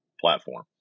platform